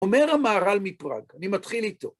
אומר המהר"ל מפראג, אני מתחיל איתו.